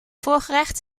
voorgerecht